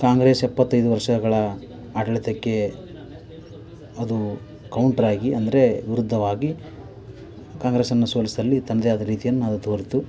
ಕಾಂಗ್ರೆಸ್ ಎಪ್ಪತ್ತೈದು ವರ್ಷಗಳ ಆಡಳಿತಕ್ಕೆ ಅದು ಕೌಂಟ್ರಾಗಿ ಅಂದರೆ ವಿರುದ್ಧವಾಗಿ ಕಾಂಗ್ರೆಸನ್ನು ಸೋಲಿಸುವಲ್ಲಿ ತನ್ನದೇ ಆದ ರೀತಿಯನ್ನ ಅದು ತೋರಿತು